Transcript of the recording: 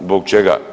Zbog čega?